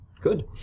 Good